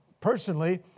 personally